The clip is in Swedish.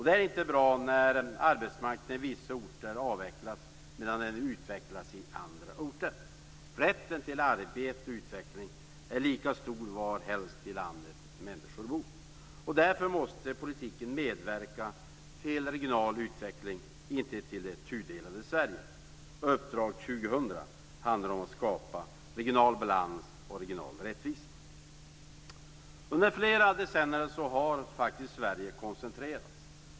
Det är inte bra när arbetsmarknaden i vissa orter avvecklas medan den utvecklas i andra orter. Rätten till arbete och utveckling är lika stor varhelst i landet människor bor. Därför måste politiken medverka till regional utveckling och inte till det tudelade Sverige. Uppdrag 2000 handlar om att skapa regional balans och regional rättvisa. Under flera decennier har Sverige faktiskt koncentrerats.